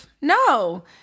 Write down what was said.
No